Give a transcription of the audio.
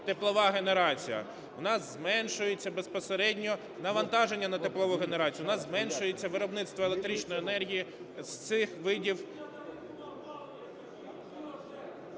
теплова генерація. У нас зменшується безпосередньо навантаження на теплову генерацію, у нас зменшується виробництво електричної енергії з цих видів…